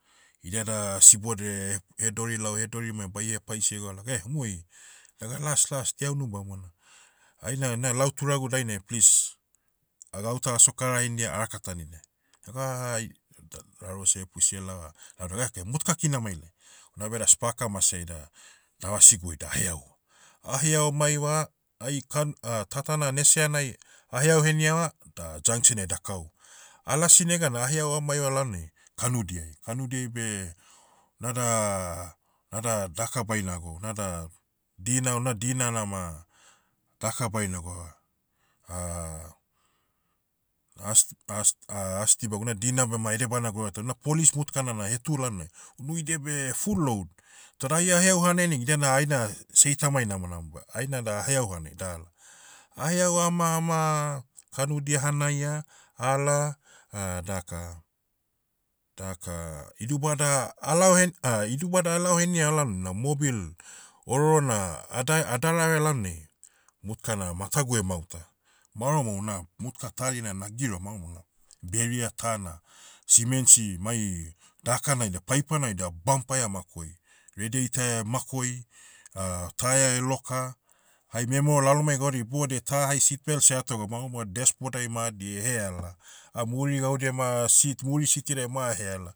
Idia dah, sibodia eh, he- hedori lao hedori mai baie hepaisi egau laga eh, umui. Naga las las dia unubamona. Aina na lau turagu dainai please, gauta aso kara hendia araka tanidia. Ega ah, da raruosi ehepusi elaova. Lauda oeke motuka kina amailaia. Unabeda spaka maseaida, davasi gui daheau. Aheau maiva, ai kan- tatana neseanai, aheau heniava, da junction ai dakau. Alasi neganai aheau amaiva laonai, kanudiai. Kanudiai beh, nada- nada daka baina go, nada, dina- una dina nama, daka baina go ah, ast- ast- asdibagu na dina bema ede baina gwauraia toh na police motukana na hetu lalnai, unu idia beh, full load. Toda ai aheau hanai neg idiana aina, seitamai namonam ba ainada aheau hanai dala. Aheau ama ama, kanudi ahanaia, ala, daka- daka, idubada alao hen- idubada alao henia lalne na mobil, ororona, adae- adalala- lalnai, motka na matagu emahuta. Maoro mo una, motka tarina nagiroa maoro mao, barrier ta na, simensi mai, dakana ida paipana ida bampaia makoi. Radiator emakoi, tyre eloka, hai memero lalomai gaudia iboudiai ta hai seat bet seato gaun maomao dash board ai madi eheala. Ah muri gaudia ma, sit- muri sitidiai ma aheala.